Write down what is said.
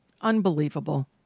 Unbelievable